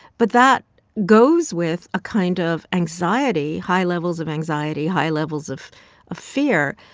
but that goes with a kind of anxiety high levels of anxiety, high levels of of fear.